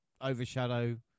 overshadow